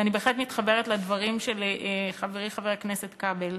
ואני בהחלט מתחברת לדברים של חברי חבר הכנסת כבל.